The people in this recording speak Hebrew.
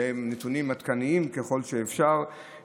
והם נתונים עדכניים ככל שאפשר,